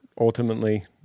Ultimately